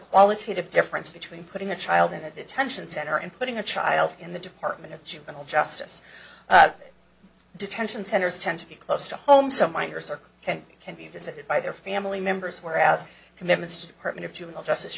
qualitative difference between putting a child in a detention center and putting a child in the department of juvenile justice detention centers tend to be close to home so my inner circle can be can be visited by their family members whereas commitments apartment of juvenile justice